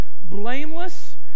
blameless